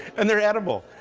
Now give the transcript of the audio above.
and they're edible.